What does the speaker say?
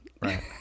Right